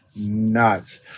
nuts